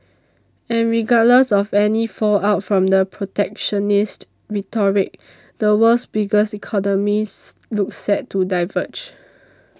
and regardless of any fallout from the protectionist rhetoric the world's biggest economies look set to diverge